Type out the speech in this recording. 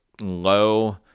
low